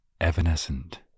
evanescent